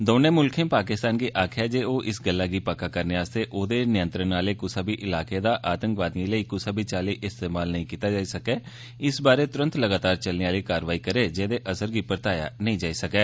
दौनें मुल्खें पाकिस्तान गी आक्खेआ ऐ जे ओ इस गल्लै गी पक्का करने आस्तै ओहदे नियंत्रण आले कुसै बी इलाके दा आतंकवादिएं लेई कुसै बी चाल्ली इस्तेमाल नेईं कीता जाई सकै तुरंत लगातार चलने आली कारवाई करै जेह्दे असर गी परताया नेई जाई सकै